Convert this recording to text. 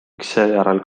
seejärel